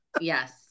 yes